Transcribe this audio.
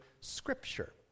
Scripture